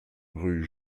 rue